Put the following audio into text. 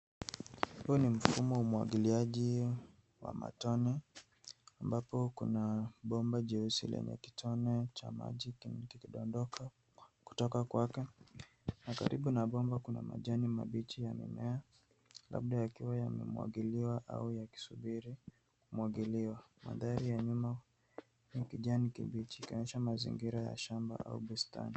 Huu ni mfumo wa umwagiliaji wa matone ambapo kuna bomba jeusi lenye kitone cha maji kingi kikidondoka kutoka kwake na karibu na bomba kuna majani mabichi yamemea labda yakiwa yamemwagiliwa au yakisubiri kumwagiliwa. Mandhari ya nyuma ni ya kijani kibichi ikionyesha mazingira ya shamba au bustani.